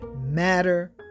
matter